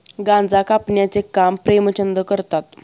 गांजा कापण्याचे काम प्रेमचंद करतात